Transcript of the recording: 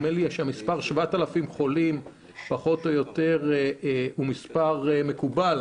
נדמה לי שהמספר 7,000 חולים פחות או יותר הוא מספר מקובל...